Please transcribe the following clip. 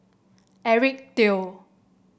Eric Teo